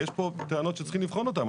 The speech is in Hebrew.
יש פה טענות שצריכים לבחון אותן.